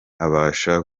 abasha